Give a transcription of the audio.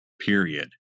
period